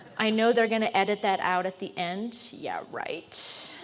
i know they're going to edit that out at the end yeah right.